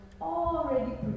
already